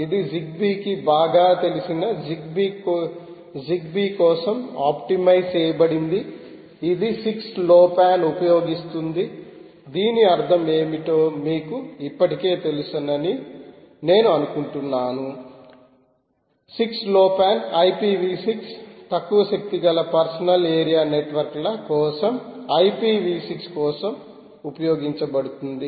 ఇది జిగ్బీకి బాగా తెలిసిన జిగ్బీ కోసం ఆప్టిమైజ్ చేయబడింది ఇది 6 లోపాన్ ఉపయోగిస్తుంది దీని అర్థం ఏమిటో మీకు ఇప్పటికే తెలుసునని నేను అనుకుంటున్నాను 6 లోపాన్ IPv6 తక్కువ శక్తి గల పర్సనల్ ఏరియా నెట్వర్క్ల కోసం IPv6 కోసం ఉపయోగించబడుతుంది